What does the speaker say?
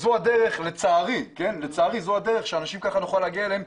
לצערי, זו הדרך להגיע לאנשים.